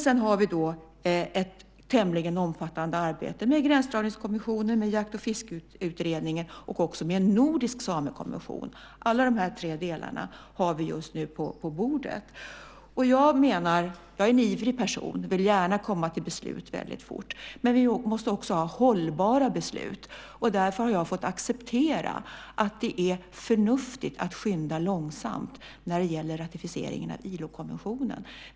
Sedan har vi ett tämligen omfattande arbete med Gränsdragningskommissionen, Jakt och fiskeutredningen och en nordisk samekonvention. Alla de här tre delarna har vi just nu på bordet. Jag är en ivrig person och vill gärna komma till beslut väldigt fort, men vi måste också ha hållbara beslut. Därför har jag fått acceptera att det är förnuftigt att skynda långsamt när det gäller ratificeringen av ILO-konventionen.